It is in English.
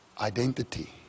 identity